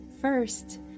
first